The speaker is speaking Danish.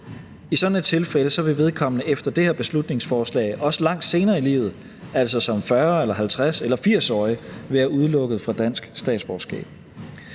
I sådan et tilfælde vil vedkommende efter det her beslutningsforslag også langt senere i livet, altså som 40- eller 50- eller 80-årig være udelukket fra dansk statsborgerskab.